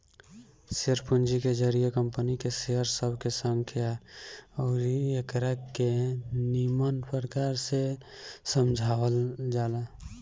share पूंजी के जरिए कंपनी के शेयर सब के संख्या अउरी एकरा के निमन प्रकार से समझावल जाला